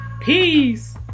Peace